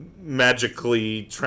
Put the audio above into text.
magically